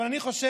אבל אני חושב,